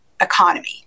economy